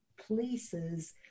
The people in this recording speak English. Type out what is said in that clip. places